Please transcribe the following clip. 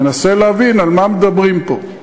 מנסה להבין על מה מדברים פה.